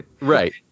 Right